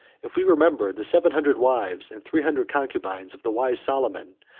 if we remember the seven hundred wives and three hundred concubines of the wise solomon,